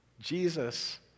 Jesus